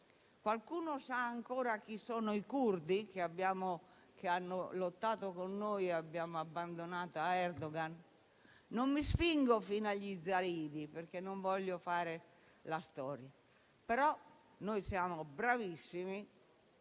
Qualcuno sa ancora chi sono i curdi, che hanno lottato con noi e che abbiamo abbandonato a Erdogan? Non mi spingo fino agli yazidi, perché non voglio fare la storia, però noi, insieme